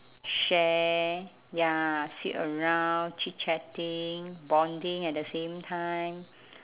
share ya sit around chitchatting bonding at the same time